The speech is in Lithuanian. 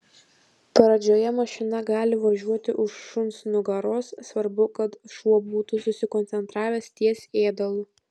pradžioje mašina gali važiuoti už šuns nugaros svarbu kad šuo būtų susikoncentravęs ties ėdalu